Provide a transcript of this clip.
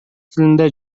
тилинде